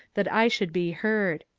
that i should be heard.